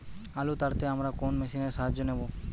আলু তাড়তে আমরা কোন মেশিনের সাহায্য নেব?